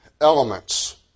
elements